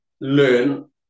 learn